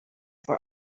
were